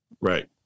Right